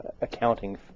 accounting